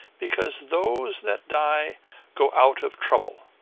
because those that die go out of trouble,